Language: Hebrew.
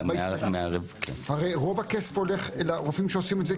הרי רוב הכסף הולך לרופאים שעושים את זה,